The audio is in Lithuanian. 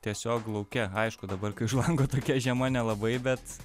tiesiog lauke aišku dabar kai už lango tokia žiema nelabai bet